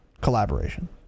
collaboration